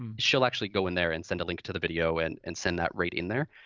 um she'll actually go in there, and send a link to the video, and and send that right in there.